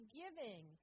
giving